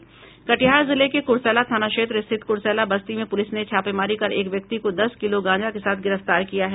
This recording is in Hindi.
कटिहार जिले के कुर्सला थाना क्षेत्र स्थित कुर्सला बस्ती में पुलिस ने छापेमारी कर एक व्यक्ति को दस किलो गांजा के साथ गिरफ्तार किया है